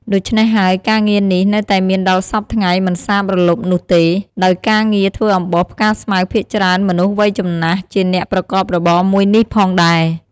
ដូចច្នេះហើយ ការងារនេះនៅតែមានដល់សព្វថ្ងៃមិនសាបរលុបនោះទេ ដោយការងារធ្វើអំបោសផ្កាស្មៅភាគច្រើនមនុស្សវ័យចំណាស់ជាអ្នកប្រកបរបរមួយនេះផងដៃរ។